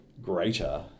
Greater